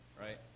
right